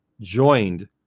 joined